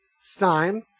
Stein